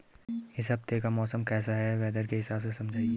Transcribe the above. इस हफ्ते का मौसम कैसा है वेदर के हिसाब से समझाइए?